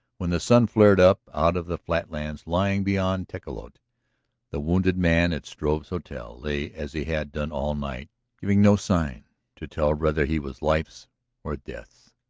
when the sun flared up out of the flatlands lying beyond tecolote the wounded man at struve's hotel lay as he had done all night giving no sign to tell whether he was life's or death's.